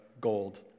gold